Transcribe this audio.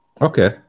Okay